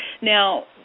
Now